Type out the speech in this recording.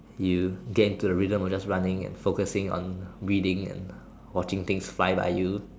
you gain into the rhythm of focusing on reading and watching things fly by you